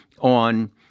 on